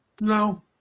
No